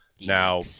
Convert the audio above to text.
Now